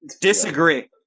Disagree